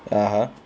(uh huh)